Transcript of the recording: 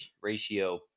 ratio